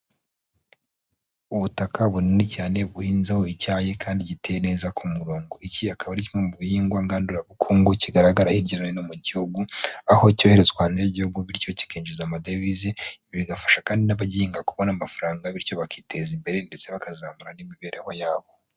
Ubutaka bunini cyane buhinzeho icyayi kandi giteye neza ku murongo. Iki akaba ari kimwe mu bihingwa ngandurabukungu kigaragara hirya no hino mu gihugu aho cyoherezwa hanze y'igihugu bityo kikinjiza amadevize, ibi bigafasha kandi n'abagihinga kubona amafaranga bityo bakiteza imbere ndetse bakazamura n'imibereho yabo.